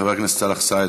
חבר הכנסת סאלח סעד,